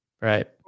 Right